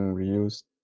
reused